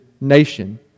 nation